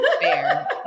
fair